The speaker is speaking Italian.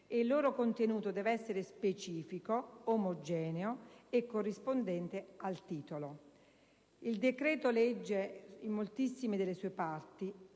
e il loro contenuto deve essere specifico, omogeneo e corrispondente al titolo. Il decreto-legge, in moltissime delle sue parti